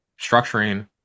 structuring